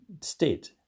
state